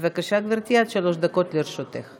בבקשה, גברתי, עד שלוש דקות לרשותך.